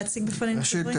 ראשית,